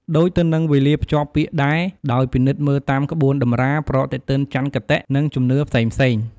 ដូចទៅនឹងវេលាភ្ជាប់ពាក្យដែរ ដោយពិនិត្យមើលតាមក្បួនតម្រា ប្រតិទិនចន្ទគតិ និងជំនឿផ្សេងៗ ។